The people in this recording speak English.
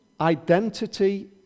identity